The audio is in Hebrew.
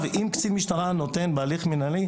אם קצין משטרה נותן הרחקה בהליך מינהלי,